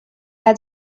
had